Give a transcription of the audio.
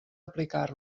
aplicar